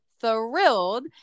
thrilled